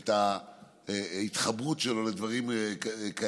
ואת ההתחברות שלו לדברים כאלה,